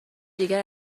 دیگر